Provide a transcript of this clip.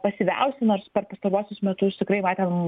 pasyviausi nors per pastaruosius metus tikrai matėm